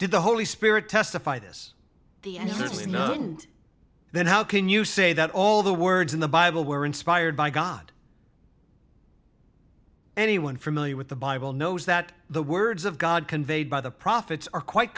did the holy spirit testify this the and this is not then how can you say that all the words in the bible were inspired by god anyone familiar with the bible knows that the words of god conveyed by the prophets are quite